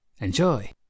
Enjoy